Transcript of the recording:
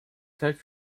zeit